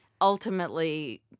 ultimately